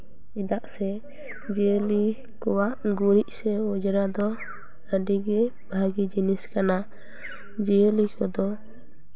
ᱪᱮᱫᱟᱜ ᱥᱮ ᱡᱤᱭᱟᱹᱞᱤ ᱠᱚᱣᱟᱜ ᱜᱩᱨᱤᱡ ᱥᱮ ᱚᱸᱡᱽᱨᱟ ᱫᱚ ᱟᱹᱰᱤ ᱜᱮ ᱵᱷᱟᱹᱜᱤ ᱡᱤᱱᱤᱥ ᱠᱟᱱᱟ ᱡᱤᱭᱟᱹᱞᱤ ᱠᱚᱫᱚ